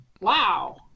wow